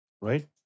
Right